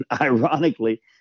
ironically